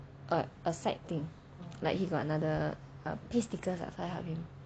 but a side thing like he got another err paste sticker so I help him